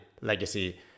legacy